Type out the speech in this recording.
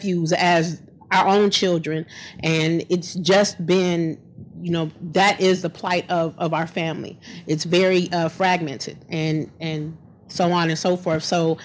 he was as our own children and it's just been you know that is the plight of our family it's very fragmented and and so on and so forth so